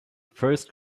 first